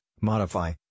modify